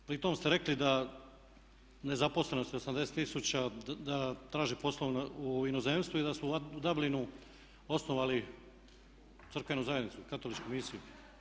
Pri tome ste rekli da nezaposlenost … tisuća da traži poslove u inozemstvu i da su Dublinu osnovali crkvenu zajednicu, katoličku misiju.